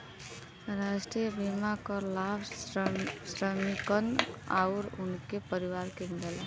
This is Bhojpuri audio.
राष्ट्रीय बीमा क लाभ श्रमिकन आउर उनके परिवार के मिलेला